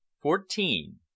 Fourteen